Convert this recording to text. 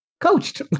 coached